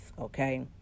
Okay